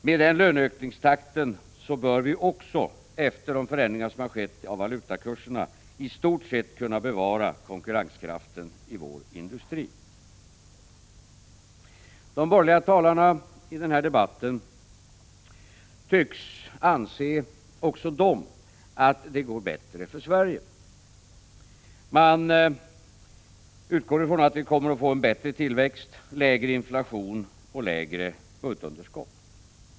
Med den löneökningstakten bör vi också efter de förändringar som har skett av valutakurserna i stort sett kunna bevara konkurrenskraften i vår industri. De borgerliga talarna i den här debatten tycks också de anse att det går bättre för Sverige. Man utgår från att vi kommer att få en bättre tillväxt, lägre inflation och lägre budgetunderskott.